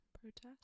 Protest